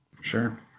Sure